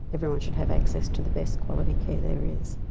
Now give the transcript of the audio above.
everyone should have access to the best quality care there is.